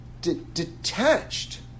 detached